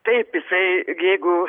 taip jisai jeigu